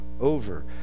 over